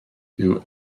dyw